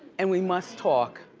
and we must talk.